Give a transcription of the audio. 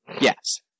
Yes